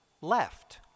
left